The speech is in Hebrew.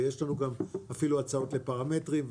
ויש לנו אפילו הצעות לפרמטרים,